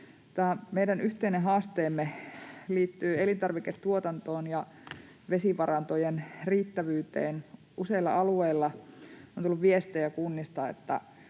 meidän yhteinen haasteemme liittyy elintarviketuotantoon ja vesivarantojen riittävyyteen. Useilla alueilla on tullut viestejä kunnista,